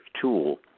tool